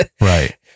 Right